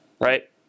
Right